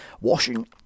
washing